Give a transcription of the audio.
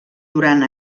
durant